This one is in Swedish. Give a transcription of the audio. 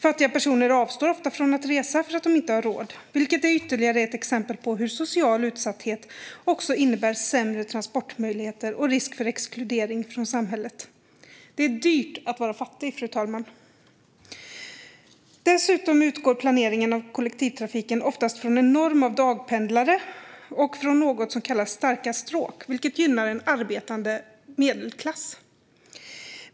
Fattiga personer avstår ofta från att resa för att de inte har råd, vilket är ytterligare ett exempel på hur social utsatthet också innebär sämre transportmöjligheter och risk för exkludering från samhället. Det är dyrt att vara fattig, fru talman. Dessutom utgår planeringen av kollektivtrafiken oftast från en norm av dagpendlare och från något som kallas starka stråk, vilket gynnar en arbetande medelklass.